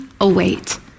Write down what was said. await